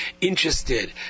interested